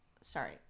Sorry